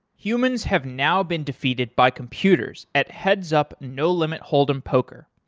humans have now been defeated by computers at heads-up no limit hold'em poker.